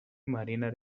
marina